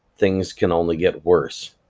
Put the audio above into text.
things can only get worse.